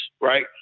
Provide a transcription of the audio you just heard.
right